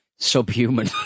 Subhuman